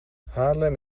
haarlem